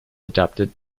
adapted